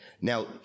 now